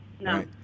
No